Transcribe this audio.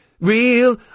Real